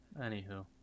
Anywho